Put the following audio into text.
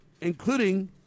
including